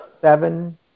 Seven